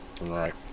right